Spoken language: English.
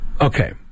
Okay